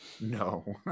No